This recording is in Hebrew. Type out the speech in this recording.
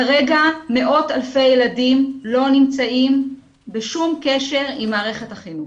כרגע מאות אלפי ילדים לא נמצאים בשום קשר עם מערכת החינוך.